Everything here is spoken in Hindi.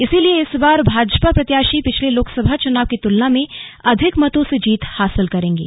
इसलिए इस बार भाजपा प्रत्याशी पिछले लोकसभा चुनाव की तुलना में अधिक मतों से जीत हासिल करेंगे